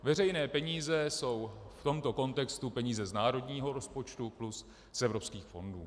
Veřejné peníze jsou v tomto kontextu peníze z národního rozpočtu plus z evropských fondů.